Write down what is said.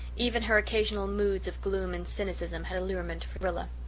even her occasional moods of gloom and cynicism had allurement for rilla.